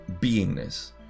beingness